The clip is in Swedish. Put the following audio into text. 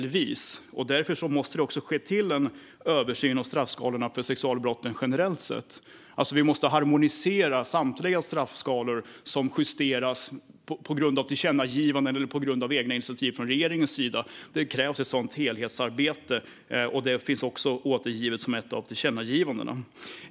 Därför måste det till en översyn av straffskalorna för sexualbrotten generellt sett. Vi måste harmonisera samtliga straffskalor som justeras på grund av tillkännagivanden eller egna initiativ från regeringens sida. Det krävs ett sådant helhetsarbete, och det finns också återgivet som ett av tillkännagivandena.